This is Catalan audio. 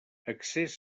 accés